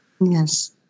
yes